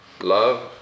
love